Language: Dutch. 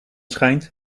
schijnt